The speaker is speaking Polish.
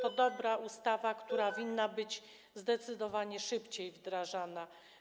To dobra ustawa, która winna być zdecydowanie szybciej wdrażana.